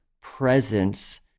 presence